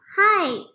Hi